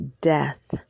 death